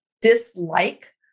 dislike